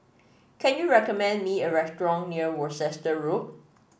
can you recommend me a restaurant near Worcester Road